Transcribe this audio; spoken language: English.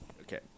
okay